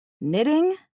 Knitting